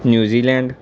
New Zealand